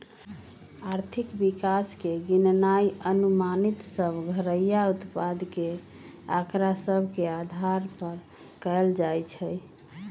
आर्थिक विकास के गिननाइ अनुमानित सभ घरइया उत्पाद के आकड़ा सभ के अधार पर कएल जाइ छइ